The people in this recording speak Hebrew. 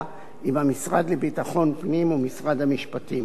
עם המשרד לביטחון פנים ומשרד המשפטים.